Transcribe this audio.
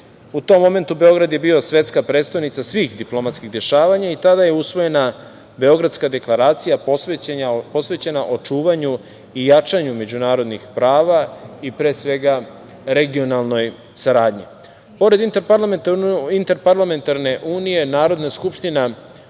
tom momentu Beograd je bio svetska prestonica svi diplomatskih dešavanja i tada je usvojena Beogradska deklaracija posvećena očuvanju i jačanju međunarodnih prava, pre svega, regionalnoj saradnji. Pored Interparlamentarne unije Narodna skupština